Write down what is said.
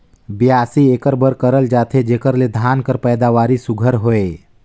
बियासी एकर बर करल जाथे जेकर ले धान कर पएदावारी सुग्घर होए